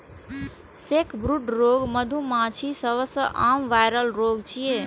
sacbrood रोग मधुमाछीक सबसं आम वायरल रोग छियै